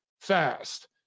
fast